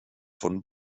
von